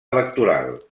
electoral